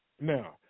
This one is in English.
Now